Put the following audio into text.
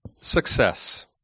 success